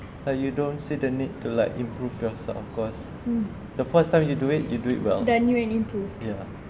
and don't see the need to like improve yourself because the first time you do it do it well ya